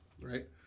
Right